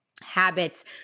habits